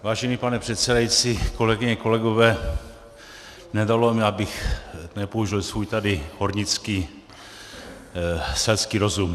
Vážený pane předsedající, kolegyně, kolegové, nedalo mi, abych nepoužil svůj tady hornický selský rozum.